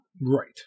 Right